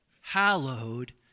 Hallowed